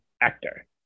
actor